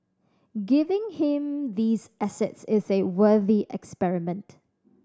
giving him these assets is a worthy experiment